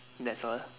that's all